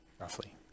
Roughly